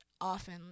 often